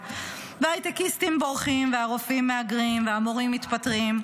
וההייטקיסטים בורחים והרופאים מהגרים והמורים מתפטרים,